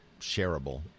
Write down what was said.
shareable